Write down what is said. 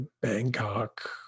Bangkok